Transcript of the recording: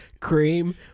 Cream